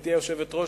גברתי היושבת-ראש,